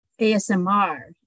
ASMR